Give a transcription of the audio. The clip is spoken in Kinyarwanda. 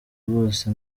bose